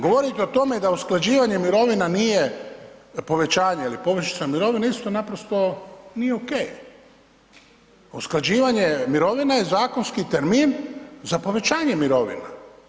Govoriti o tome da usklađivanje mirovina nije povećanje ili povišica mirovine isto naprosto nije ok, usklađivanje mirovine je zakonski termin za povećanje mirovina.